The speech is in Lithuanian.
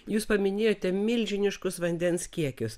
jūs paminėjote milžiniškus vandens kiekius